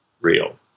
real